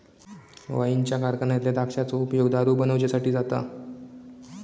वाईनच्या कारखान्यातल्या द्राक्षांचो उपयोग दारू बनवच्यासाठी जाता